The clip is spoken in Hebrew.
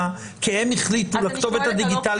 כי אנחנו לא רוצים לפגוע.